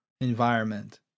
environment